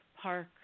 park